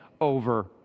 over